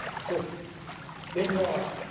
so when you are